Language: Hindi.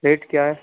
रेट क्या है